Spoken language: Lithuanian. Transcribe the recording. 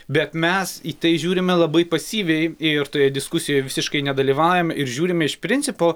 bet mes į tai žiūrime labai pasyviai ir toje diskusijoj visiškai nedalyvaujam ir žiūrime iš principo